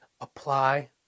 apply